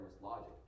logic